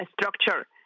structure